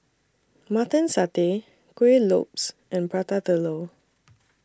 Mutton Satay Kueh Lopes and Prata Telur